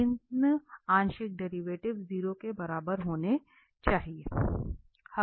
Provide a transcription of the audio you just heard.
3 आंशिक डेरिवेटिव 0 के बराबर होने चाहिए